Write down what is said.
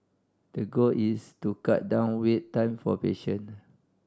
the goal is to cut down wait time for patient